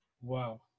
wow